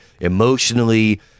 emotionally